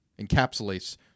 encapsulates